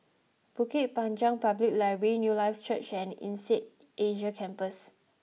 Bukit Panjang Public Library Newlife Church and Insead Asia Campus